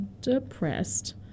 depressed